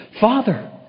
Father